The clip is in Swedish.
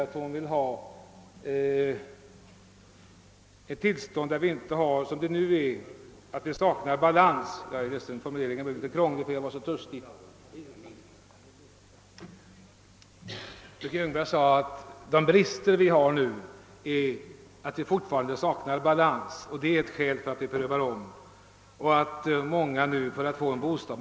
Man vet var man har det i detta avseende. Vidare säger fröken Ljungberg att de brister vi har nu kännetecknas av att vi fortfarande saknar balans, vilket skulle vara ett skäl för omprövning. Många människor måste nu lägga ned mycket pengar för att få en bostad.